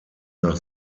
nach